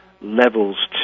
levels